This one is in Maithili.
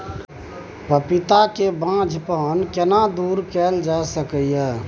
पपीता के बांझपन केना दूर कैल जा सकै ये?